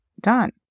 done